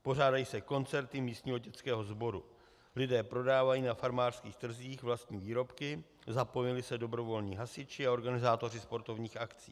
Pořádají se koncerty místního dětského sboru, lidé prodávají na farmářských trzích vlastní výrobky, zapojují se dobrovolní hasiči a organizátoři sportovních akcí.